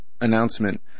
announcement